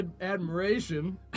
admiration